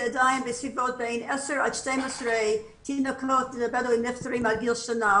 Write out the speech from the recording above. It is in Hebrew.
עדיין בין 10 ל-12 תינוקות בדווים נפטרים עד גיל שנה,